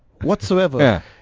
whatsoever